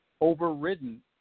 overridden